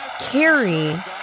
Carrie